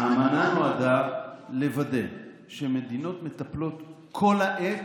האמנה נועדה לוודא שמדינות מטפלות כל העת,